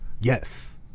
yes